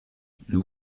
nous